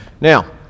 Now